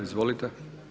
Izvolite.